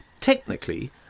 Technically